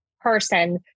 person